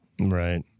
right